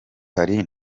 hari